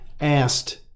asked